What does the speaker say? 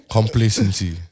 Complacency